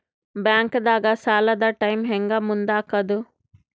ಬ್ಯಾಂಕ್ದಾಗ ಸಾಲದ ಟೈಮ್ ಹೆಂಗ್ ಮುಂದಾಕದ್?